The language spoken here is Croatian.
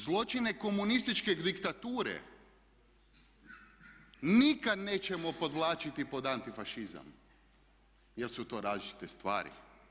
Zločine komunističke diktature nikad nećemo podvlačiti pod antifašizam jer su to različite stvari.